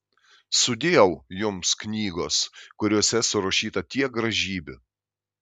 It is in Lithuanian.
sudieu jums knygos kuriose surašyta tiek gražybių